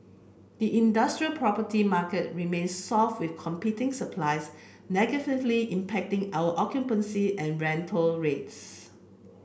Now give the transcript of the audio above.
the industrial property market remains soft with competing supply's negatively impacting our occupancy and rental rates